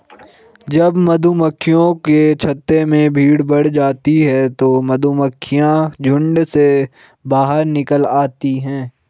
जब मधुमक्खियों के छत्ते में भीड़ बढ़ जाती है तो मधुमक्खियां झुंड में बाहर निकल आती हैं